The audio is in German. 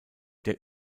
der